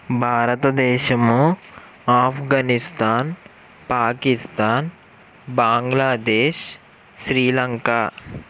భారతదేశము ఆఫ్ఘనిస్తాన్ పాకిస్తాన్ బంగ్లాదేశ్ శ్రీలంక